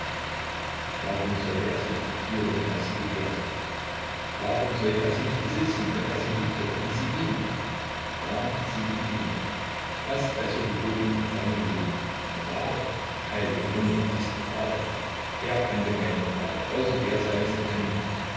warum sollte er sie nicht verführen wenn er sie begehrte warum sollte er sie nicht besitzen wenn er sie liebte und sie ihn ja sie liebte ihn doch was also verbot ihm seinen willen moral heiliger himmel was ist moral er kannte keine moral außer der seines empfindens